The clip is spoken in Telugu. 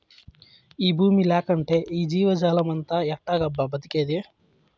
ఈ బూమి లేకంటే ఈ జీవజాలమంతా ఎట్టాగబ్బా బతికేది